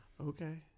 okay